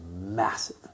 massive